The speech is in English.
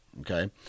Okay